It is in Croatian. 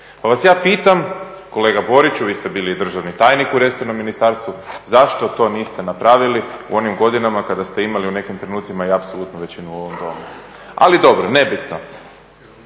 Pa vas ja pitam, kolega Boriću vi ste bili državni tajnik u resornom ministarstvu, zašto to niste napravili u onim godinama kada ste imali u nekim trenucima i apsolutnu većinu u ovom domu. Ali dobro, nebitno.